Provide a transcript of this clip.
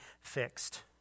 fixed